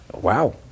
Wow